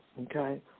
okay